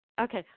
Okay